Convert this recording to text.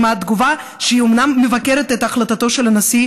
עם התגובה שאומנם מבקרת את החלטתו של הנשיא